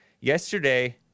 Yesterday